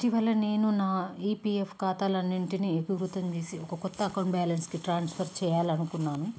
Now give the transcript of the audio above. ఇటీవల నేను నా ఈ పీ ఎఫ్ ఖాతాలన్నింటినీ చేసి ఒక కొత్త అకౌంట్ బ్యాలెన్స్కి ట్రాన్స్ఫర్ చేయాలనుకున్నాను